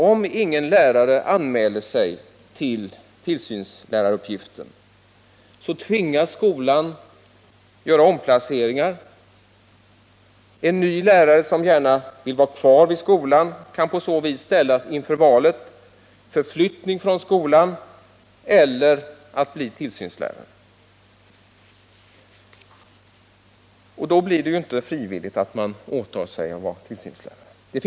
Om ingen lärare anmäler sig till tillsynsläraruppgiften, tvingas skolan att göra omplaceringar. En ny lärare, som gärna vill vara kvar vid skolan, kan på så vis ställas inför valet mellan att förflyttas från skolan eller att bli tillsynslärare. Då blir det inte frivilligt att man åtar sig att vara tillsynslärare.